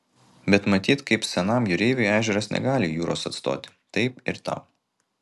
bet matyt kaip senam jūreiviui ežeras negali jūros atstoti taip ir tau